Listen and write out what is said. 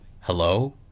hello